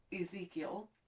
Ezekiel